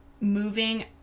moving